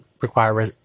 require